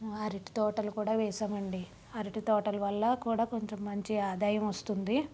అరిటి తోటలు కూడా వేసాం అండి అరటి తోటల వల్ల కూడా కొంచెం మంచి ఆదాయం ఒస్తుంది